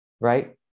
right